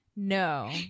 No